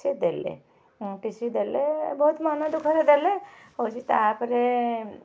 ସେ ଦେଲେ T C ଦେଲେ ବହୁତ ମନ ଦୁଃଖରେ ଦେଲେ ହେଉଛି ତା'ପରେ